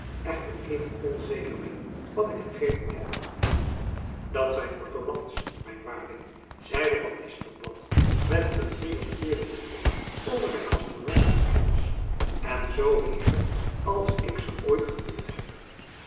echter even onzeker ben wat ik gegeten heb dat zijn ortolants mijn waarde zeide van esjacob van lennep elizabeth musch penblad met een triomfeerenden blik over zijn gastronomische kennis en zoo heerlijk als ik ze ooit geproefd heb